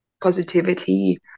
positivity